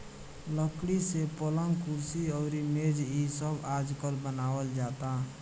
लकड़ी से पलंग, कुर्सी अउरी मेज़ इ सब आजकल बनावल जाता